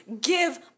give